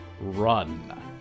Run